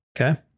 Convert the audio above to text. Okay